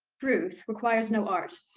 truth requires no art.